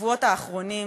בשבועות האחרונים